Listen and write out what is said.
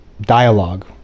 dialogue